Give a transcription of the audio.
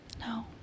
No